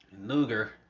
Luger